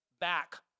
back